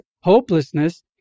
hopelessness